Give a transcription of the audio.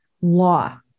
law